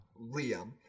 Liam